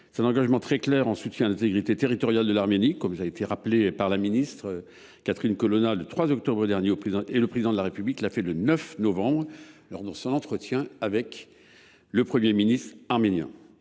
par un engagement très clair en soutien à l’intégrité territoriale de l’Arménie, rappelé par la ministre Catherine Colonna le 3 octobre dernier, et confirmé par le Président de la République le 9 novembre, lors de son entretien avec le Premier ministre arménien.